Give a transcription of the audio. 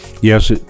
yes